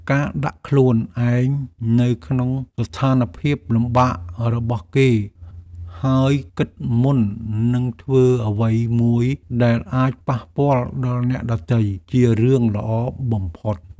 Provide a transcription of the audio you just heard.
ការដាក់ខ្លួនឯងនៅក្នុងស្ថានភាពលំបាករបស់គេហើយគិតមុននឹងធ្វើអ្វីមួយដែលអាចប៉ះពាល់ដល់អ្នកដទៃជារឿងល្អបំផុត។